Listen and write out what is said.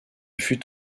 fut